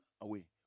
away